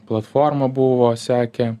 platforma buvo sekė